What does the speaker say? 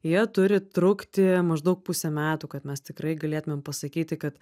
jie turi trukti maždaug pusę metų kad mes tikrai galėtumėm pasakyti kad